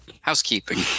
housekeeping